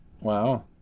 Wow